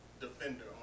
defender